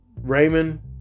Raymond